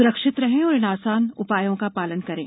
सुरक्षित रहें और इन आसान उपायों का पालन करें